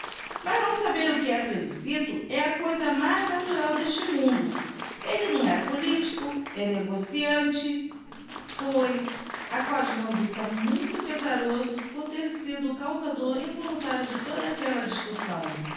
mas não saber o que é plebiscito é a cousa mais natural deste mundo elle não é politico é negociante pois acode manduca muito pesaroso por ter sido o causador involuntário de toda aquella discussão